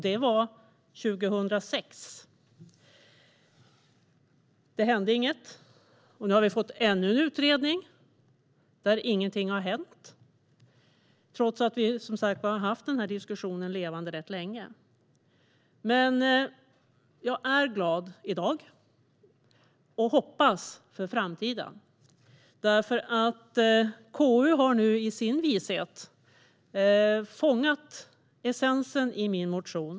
Detta var 2006, men inget hände. Nu har vi fått ännu en utredning där ingenting händer, trots att vi som sagt har hållit diskussionen levande länge. Jag är dock glad i dag och hoppfull inför framtiden. KU har nu i sin vishet fångat essensen i min motion.